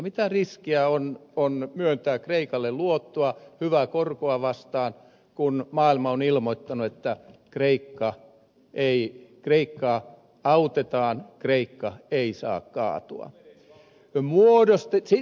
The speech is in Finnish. mitä riskiä on myöntää kreikalle luottoa hyvää korkoa vastaan kun maailma on ilmoittanut että kreikkaa autetaan kreikka ei saa kaatua